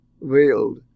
veiled